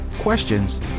questions